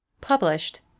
Published